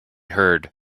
heard